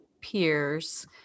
peers